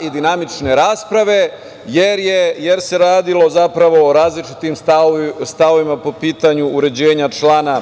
i dinamične rasprave, jer se radilo zapravo o različitim stavovima po pitanju uređenja člana